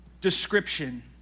description